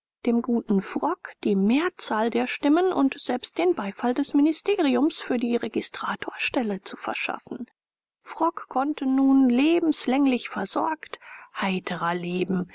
dem guten frock die mehrzahl der stimmen und selbst den beifall des ministeriums für die registratorstelle zu verschaffen frock konnte nun lebenslänglich versorgt heiterer leben